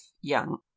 Young